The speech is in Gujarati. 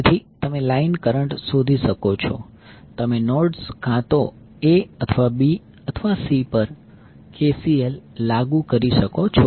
તેથી તમે લાઈન કરંટ શોધી શકો છો તમે નોડ્સ કાં તો A અથવા B અથવા C પર KCL લાગુ કરી શકો છો